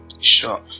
Sure